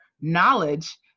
knowledge